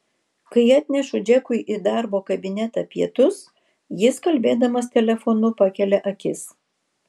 kai atnešu džekui į darbo kabinetą pietus jis kalbėdamas telefonu pakelia akis